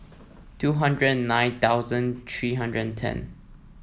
two hundred and nine thousand three hundred and ten